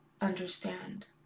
understand